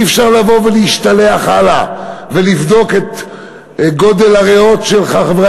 אי-אפשר לבוא ולהשתלח הלאה ולבדוק את גודל הריאות של חברי